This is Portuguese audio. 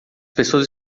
pessoas